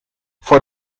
vor